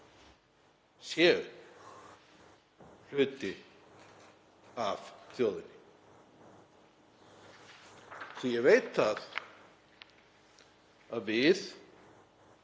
séu hluti af þjóðinni, því ég veit það að við